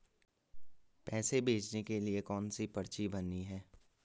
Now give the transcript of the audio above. पैसे भेजने के लिए कौनसी पर्ची भरनी है?